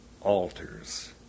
altars